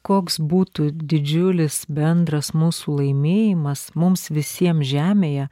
koks būtų didžiulis bendras mūsų laimėjimas mums visiems žemėje